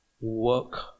work